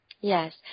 Yes